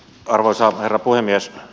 arvoisa herra puhemies